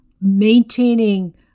maintaining